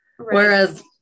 Whereas